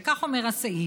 וכך אומר הסעיף: